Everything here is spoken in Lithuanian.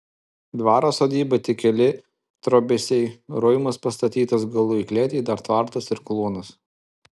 dvaro sodyba tik keli trobesiai ruimas pastatytas galu į klėtį dar tvartas ir kluonas